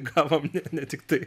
gavom ne ne tiktai